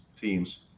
teams